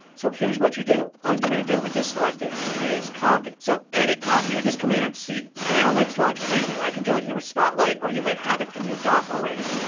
so here's what you do. all you're going to do with this selected is copy. so edit, copy or just command c. now let's launch preview. i can do it here with spotlight or you may have it in your dock already.